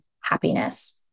happiness